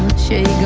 shape